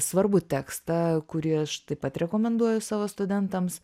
svarbų tekstą kurį aš taip pat rekomenduoju savo studentams